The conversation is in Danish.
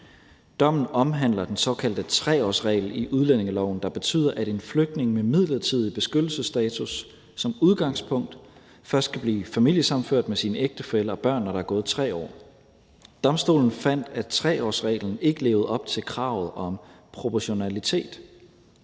Dommen omhandler den såkaldte 3-årsregel i udlændingeloven, der betyder, at en flygtning med midlertidig beskyttelsesstatus som udgangspunkt først kan blive familiesammenført med sin ægtefælle og børn, når der er gået 3 år. Domstolen fandt, at 3-årsreglen ikke levede op til kravet om proportionalitet